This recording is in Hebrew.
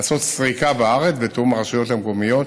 לעשות סריקה בארץ, בתחום של הרשויות המקומיות,